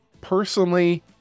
Personally